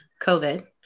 COVID